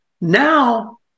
Now